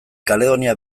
kaledonia